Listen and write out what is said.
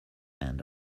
hand